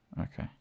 Okay